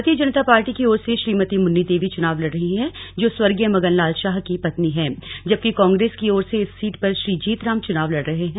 भारतीय जनता पार्टी की ओर से श्रीमती मुन्नी देवी चुनाव लड़ रही हैं जो स्वर्गीय मंगन लाल शाह की पत्नी हैं जबकि कांग्रेस की ओर से इस सीट पर श्री जीतराम चुनाव लड़ रहे हैं